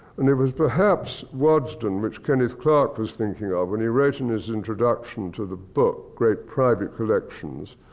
and it was perhaps waddesdon which kenneth clark was thinking of when he wrote in his introduction to the book, great private collections,